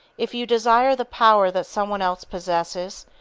if you desire the power that some one else possesses,